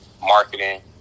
marketing